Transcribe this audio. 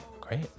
great